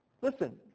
listen